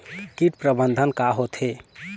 कीट प्रबंधन का होथे?